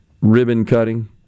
ribbon-cutting